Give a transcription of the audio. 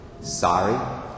Sorry